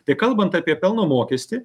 tai kalbant apie pelno mokestį